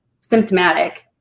symptomatic